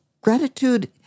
Gratitude